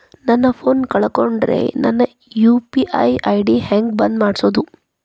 ನನ್ನ ಫೋನ್ ಕಳಕೊಂಡೆನ್ರೇ ನನ್ ಯು.ಪಿ.ಐ ಐ.ಡಿ ಹೆಂಗ್ ಬಂದ್ ಮಾಡ್ಸೋದು?